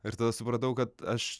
ir tada supratau kad aš